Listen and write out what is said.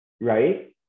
right